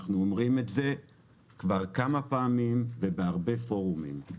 אנחנו אומרים את זה כבר כמה פעמים ובהרבה פורומים.